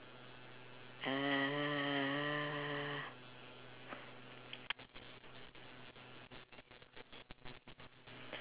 uh